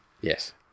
Yes